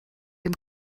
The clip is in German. dem